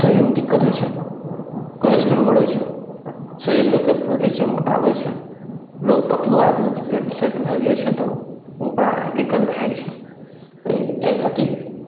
शरीरमे दिक्कत होइ छै कोलोस्ट्रोल बढ़य छै शरीर लोकके फुलि जाइ छै मोटा होइ छै लोग पतलो आदमीके पेट तेट भए जाइ छै तऽ ओकरा दिक्कत भए जाइ छै अइ अइ खातिर